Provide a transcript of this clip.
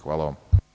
Hvala vam.